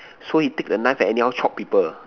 so he take a knife and anyhow chop people